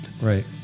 Right